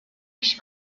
kişi